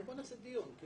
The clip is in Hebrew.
בוא נעשה דיון.